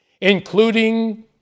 including